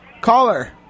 Caller